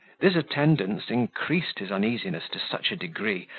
this attendance increased his uneasiness to such a degree,